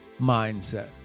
mindset